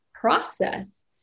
process